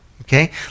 Okay